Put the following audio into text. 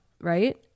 right